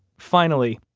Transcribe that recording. finally,